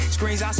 Screens